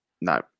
no